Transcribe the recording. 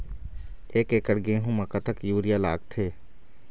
एक एकड़ गेहूं म कतक यूरिया लागथे?